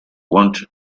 want